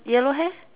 yellow hair